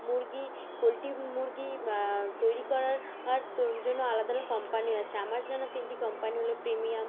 মুরগি পোলট্রি মুরগি তৈরি করার আর তোর জন্য আলাদা আলাদা কোম্পানিও আছে আমার জানা তিনটি কোম্পানি হলো প্রিমিয়াম